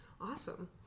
Awesome